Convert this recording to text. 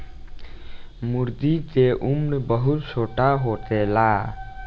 मूर्गी के उम्र बहुत छोट होखेला